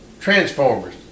transformers